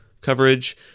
coverage